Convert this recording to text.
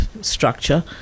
structure